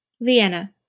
Vienna